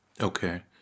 Okay